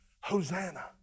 Hosanna